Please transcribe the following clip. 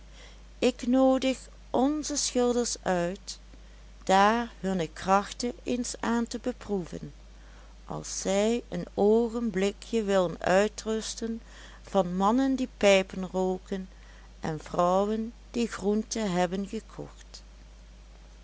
ik noodig onze schilders uit daar hunne krachten eens aan te beproeven als zij een oogenblikje willen uitrusten van mannen die pijpen rooken en vrouwen die groente hebben gekocht